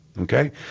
okay